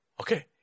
Okay